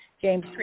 James